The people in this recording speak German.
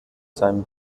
seinem